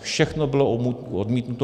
Všechno bylo odmítnuto.